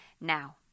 now